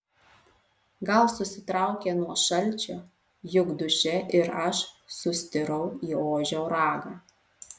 gal susitraukė nuo šalčio juk duše ir aš sustirau į ožio ragą